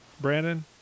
Brandon